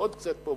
ועוד קצת פה,